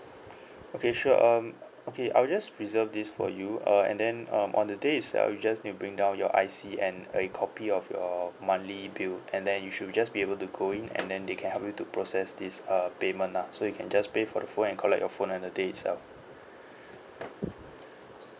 okay sure um okay I'll just reserve this for you uh and then um on the day itself you just need to bring down your I_C and a copy of your monthly bill and then you should just be able to go in and then they can help you to process this err payment lah so you can just pay for the phone and collect your phone on the day itself